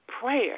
prayer